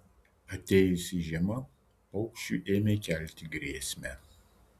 atėjusi žiema paukščiui ėmė kelti grėsmę